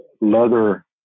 leather